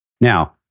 Now